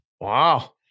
Wow